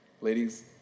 Ladies